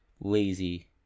lazy